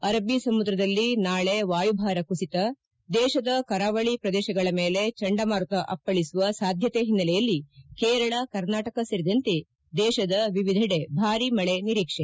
ಅರಬ್ಬ ಸಮುದ್ರದಲ್ಲಿ ನಾಳೆ ವಾಯುಭಾರ ಕುಸಿತ ದೇಶದ ಕರಾವಳಿ ಪ್ರದೇಶಗಳ ಮೇಲೆ ಚಂಡಮಾರುತ ಅಪ್ಪಳಿಸುವ ಸಾಧ್ಯತೆ ಹಿನ್ವೆಲೆಯಲ್ಲಿ ಕೇರಳ ಕರ್ನಾಟಕ ಸೇರಿದಂತೆ ದೇಶದ ವಿವಿಧೆಡೆ ಭಾರಿ ಮಳೆ ನಿರೀಕ್ಷೆ